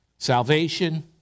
Salvation